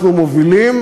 אנחנו מובילים.